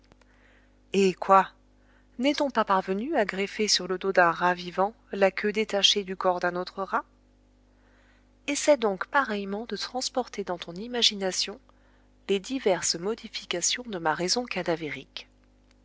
eh quoi n'est-on pas parvenu à greffer sur le dos d'un rat vivant la queue détachée du corps d'un autre rat essaie donc pareillement de transporter dans ton imagination les diverses modifications de ma raison cadavérique